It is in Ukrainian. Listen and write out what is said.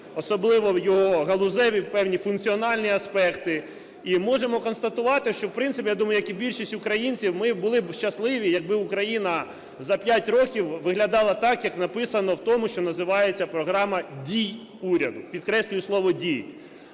особливо його галузеві певні функціональні аспекти і можемо констатувати, що, в принципі, я думаю, як і більшість українців, ми були б щасливі, якби Україна за 5 років виглядала так, як написано в тому, що називається Програма дій уряду, підкреслюю слово "дій".